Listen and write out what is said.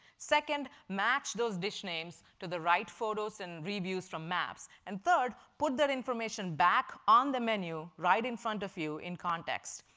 second, match those dish names to the right photos and reviews from maps. and third, put that information back on the menu right in front of you in context.